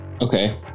okay